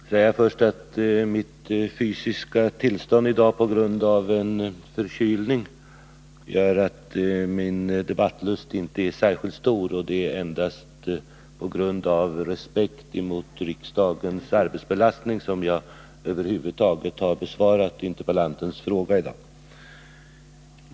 Herr talman! Får jag först säga att mitt fysiska tillstånd i dag på grund av en förkylning gör att min debattlust inte är särskilt stor. Det är endast på grund av respekt för riksdagens arbetsbelastning som jag över huvud taget har besvarat denna interpellation i dag.